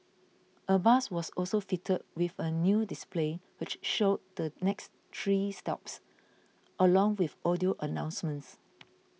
a bus was also fitted with a new display which showed the next three stops along with audio announcements